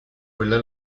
quella